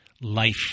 life